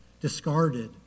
discarded